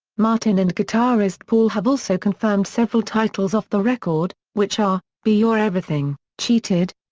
martin and guitarist paul have also confirmed several titles off the record, which are be your everything, cheated,